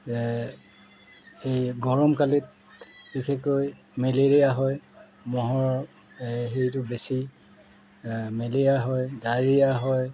এই গৰম কালিত বিশেষকৈ মেলেৰীয়া হয় মহ হেৰিটো বেছি মেলেৰীয়া হয় ডায়েৰীয়া হয়